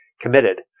committed